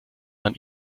man